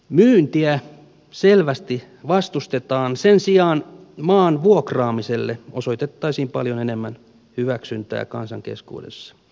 myyntiä selvästi vastustetaan sen sijaan maan vuokraamiselle osoitettaisiin paljon enemmän hyväksyntää kansan keskuudessa